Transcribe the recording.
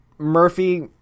Murphy